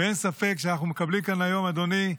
ואין ספק שאנחנו מקבלים כאן היום, אדוני,